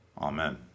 Amen